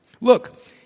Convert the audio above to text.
Look